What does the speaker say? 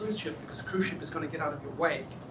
ship because a cruise ship is going to get out of the way.